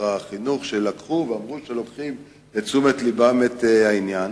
החינוך שאומרים שהם לוקחים לתשומת לבם את העניין,